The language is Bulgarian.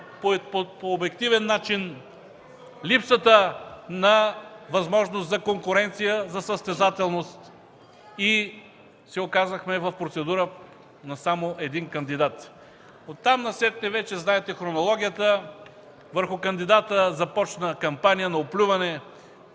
по обективен начин липсата на възможност за конкуренция, за състезателност и се оказахме в процедура на само един кандидат. Оттам насетне вече знаете технологията – върху кандидата започна кампания на оплюване,